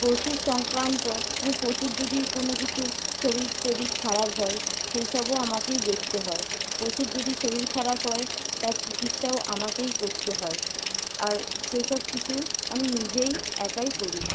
পশু সংক্রান্ত পশুর যদি কোনকিছু শরীর টরীর খারাপ হয় সেইসবও আমাকেই দেখতে হয় পশুর যদি শরীর খারাপ হয় তার চিকিৎসাও আমাকেই করতে হয় আর সেইসব কিছু আমি নিজেই একাই করি